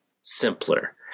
simpler